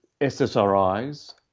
SSRIs